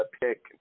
pick